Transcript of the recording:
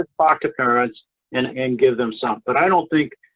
ah talk to parents and and give them something. but i don't think,